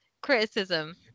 criticism